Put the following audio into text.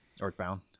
Earthbound